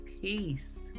peace